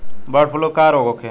Bird flu का रोग होखे?